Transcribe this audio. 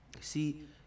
See